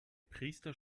priester